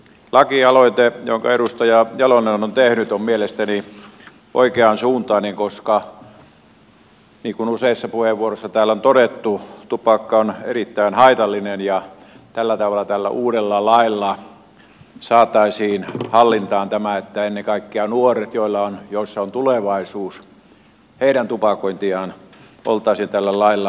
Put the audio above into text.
lakialoite jonka edustaja jalonen on tehnyt on mielestäni oikeansuuntainen koska niin kuin useissa puheenvuoroissa täällä on todettu tupakka on erittäin haitallinen ja tällä tavalla tällä uudella lailla saataisiin hallintaan tämä että ennen kaikkea nuorten joissa on tulevaisuus tupakointia oltaisiin tällä lailla rajoittamassa